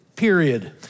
Period